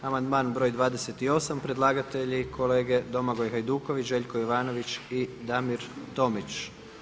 Amandman broj 28 predlagatelji kolege Domagoj Hajduković, Željko Jovanović i Damir Tomić.